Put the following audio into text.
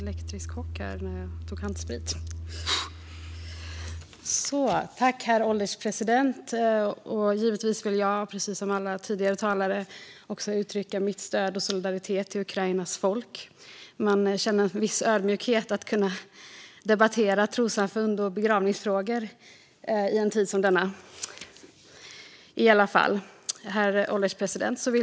Herr ålderspresident! Givetvis vill jag, liksom tidigare talare, uttrycka mitt stöd för och min solidaritet med Ukrainas folk. Man känner en viss ödmjukhet inför att kunna debattera trossamfund och begravningsfrågor i en tid som denna. Herr ålderspresident!